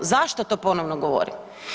Zašto to ponovo govorim?